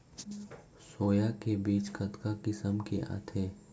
Soya के बीज कतका किसम के आथे?